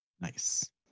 Nice